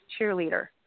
cheerleader